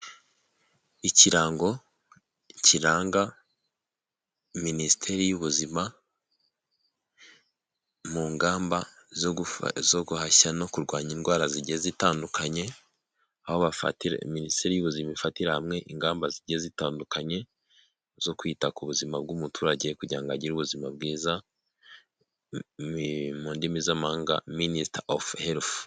Ikirango kiranga minisiteri y'ubuzima mu ngamba zo guhashya no kurwanya indwara zigiye zitandukanye aho minisiteri y'ubuzima ifatire hamwe ingamba zigiye zitandukanye zo kwita ku buzima bw'umuturage kugira ngo agire ubuzima bwiza mu ndimi z'amahanga minister of health.